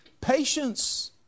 Patience